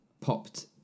popped